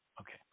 Okay